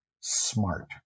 smart